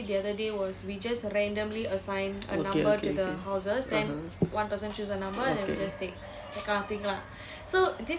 okay okay (uh huh) okay